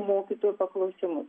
mokytojų paklausimus